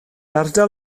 ardal